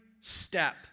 step